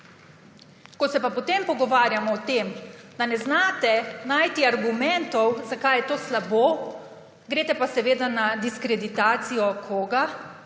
Ko se pa potem pogovarjamo o tem, da ne znate najti argumentov, zakaj je to slabo, greste pa seveda na diskreditacijo. Koga?